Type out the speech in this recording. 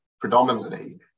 predominantly